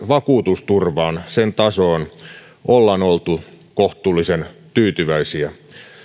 vakuutusturvan tasoon ollaan oltu kohtuullisen tyytyväisiä